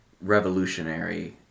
revolutionary